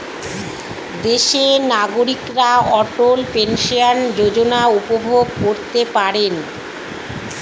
দেশের নাগরিকরা অটল পেনশন যোজনা উপভোগ করতে পারেন